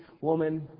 woman